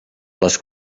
les